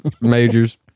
majors